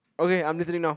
okay I'm listening now